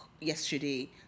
yesterday